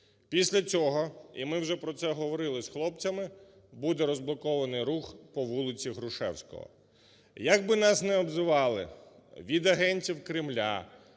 Після цього, і ми вже про це говорили з хлопцями, буде розблокований рух по вулиці Грушевського. Як би нас не обзивали – від агентів Кремля,